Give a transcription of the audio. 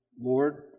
lord